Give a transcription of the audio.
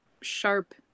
sharp